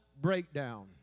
breakdown